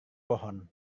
pohon